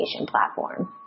platform